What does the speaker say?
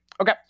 okay